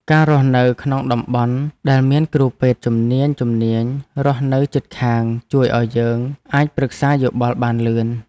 ការរស់នៅក្នុងតំបន់ដែលមានគ្រូពេទ្យជំនាញៗរស់នៅជិតខាងជួយឱ្យយើងអាចប្រឹក្សាយោបល់បានលឿន។